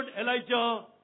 Elijah